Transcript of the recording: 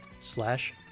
slash